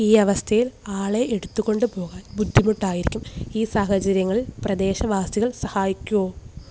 ഈ അവസ്ഥയിൽ ആളെ എടുത്തു കൊണ്ടുപോകാൻ ബുദ്ധിമുട്ടായിരിക്കും ഈ സാഹചര്യങ്ങളിൽ പ്രദേശവാസികൾ സഹായിക്കുമോ